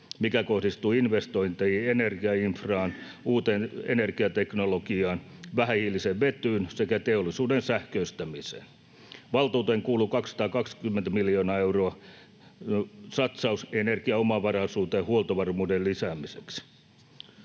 mikä kohdistuu investointeihin, energiainfraan, uuteen energiateknologiaan, vähähiiliseen vetyyn sekä teollisuuden sähköistämiseen. Valtuuteen kuuluu 220 miljoonan euron satsaus energiaomavaraisuuteen huoltovarmuuden lisäämiseksi.